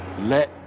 Let